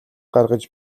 гаргаж